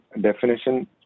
definition